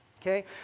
okay